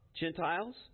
Gentiles